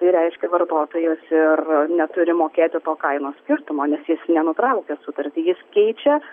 tai reiškia vartotojas ir neturi mokėti to kainos skirtumo nes jis nenutraukia sutartį jis keičia